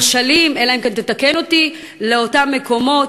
הנחשלים, אלא אם כן תתקן אותי, לאותם מקומות.